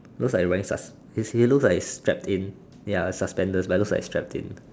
looks he is wearing he he looks like he is strapped in like suspenders but ya looks like he's strapped in